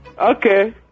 Okay